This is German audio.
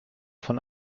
von